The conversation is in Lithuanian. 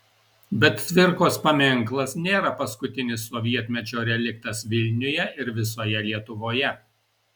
bet cvirkos paminklas nėra paskutinis sovietmečio reliktas vilniuje ir visoje lietuvoje